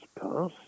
pass